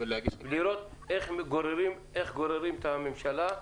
ולראות איך גוררים את הממשלה.